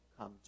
come